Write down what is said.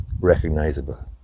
recognizable